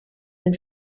den